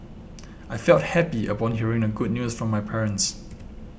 I felt happy upon hearing the good news from my parents